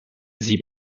sie